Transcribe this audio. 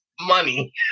money